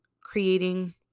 creating